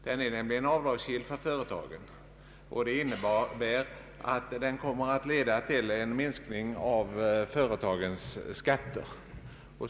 Den är nämligen avdragsgill för företagen, och det innebär att den kommer att leda till en minskning av företagsskatterna.